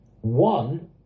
One